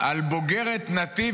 על בוגרת נתיב,